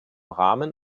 rahmen